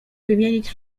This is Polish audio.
wymienić